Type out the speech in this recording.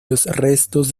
restos